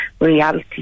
reality